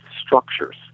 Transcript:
structures